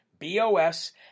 B-O-S